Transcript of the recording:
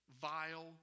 vile